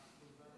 אדוני יו"ר